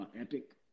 Epic